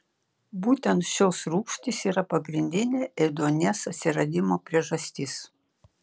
būtent šios rūgštys yra pagrindinė ėduonies atsiradimo priežastis